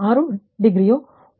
05j ಆಗಿರುತ್ತದೆ